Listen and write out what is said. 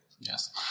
Yes